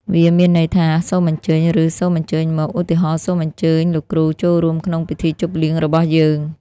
វាមានន័យថា សូមអញ្ជើញ ឬ សូមអញ្ជើញមក ឧទាហរណ៍សូមអញ្ជើញលោកគ្រូចូលរួមក្នុងពិធីជប់លៀងរបស់យើង។